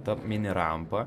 ta mini rampa